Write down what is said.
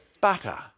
butter